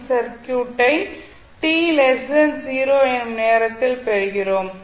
C சர்க்யூட்டை t 0 என்னும் நேரத்தில் பெறுகிறோம்